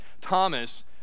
Thomas